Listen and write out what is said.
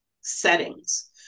settings